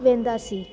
वेंदासीं